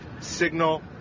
signal